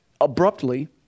abruptly